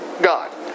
God